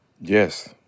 Yes